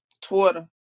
Twitter